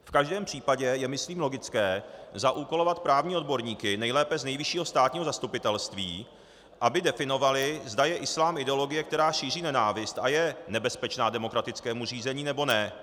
V každém případě je myslím logické zaúkolovat právní odborníky, nejlépe z Nejvyššího státního zastupitelství, aby definovali, zda je islám ideologie, která šíří nenávist a je nebezpečná demokratickému zřízení, nebo ne.